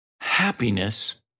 Happiness